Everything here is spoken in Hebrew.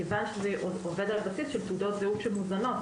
מכיוון שזה עובד על הבסיס של תעודות זהות שמוזנות,